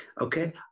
Okay